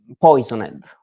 poisoned